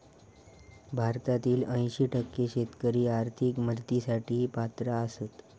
भारतातील ऐंशी टक्के शेतकरी आर्थिक मदतीसाठी पात्र आसत